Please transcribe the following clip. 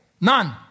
None